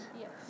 Yes